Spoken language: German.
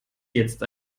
jetzt